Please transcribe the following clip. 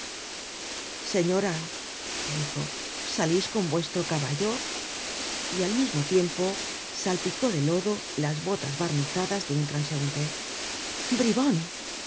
señora le dijo salís con vuestro caballo y al mismo tiempo salpicó de lodo las botas barnizadas de un transeunte bribon